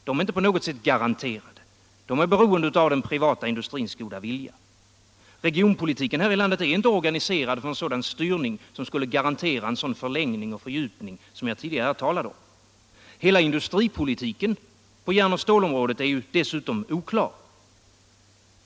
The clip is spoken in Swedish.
De är inte på något sätt garanterade. De är beroende av den privata industrins goda vilja. Regionalpolitiken här i landet är inte organiserad för en sådan styrning som skulle garantera den förlängning och fördjupning som jag tidigare här talade om. Hela industripolitiken på järnoch stålområdet är dessutom oklar.